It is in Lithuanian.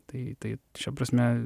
tai tai šia prasme